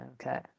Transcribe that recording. Okay